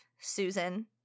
susan